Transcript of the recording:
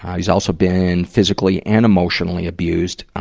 he's also been physically and emotionally abused.